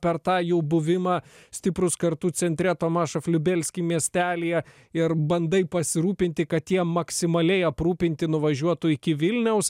per tą jų buvimą stiprūs kartu centre tomašof liubelsky miestelyje ir bandai pasirūpinti kad tie maksimaliai aprūpinti nuvažiuotų iki vilniaus